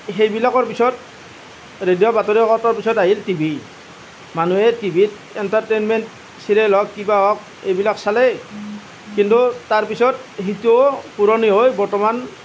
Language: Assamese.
সেইবিলাকৰ পিছত ৰেডিঅ' বাতৰি কাকতৰ পিছত আহিল টিভি মানুহে টিভিত এণ্টাৰটেইনমেণ্ট ছিৰিয়েল হওক কিবা হওক এইবিলাক চালেই কিন্তু তাৰ পিছত সিটোও পুৰণি হৈ বৰ্তমান